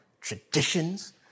traditions